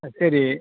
ஆ சரி